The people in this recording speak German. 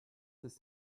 ist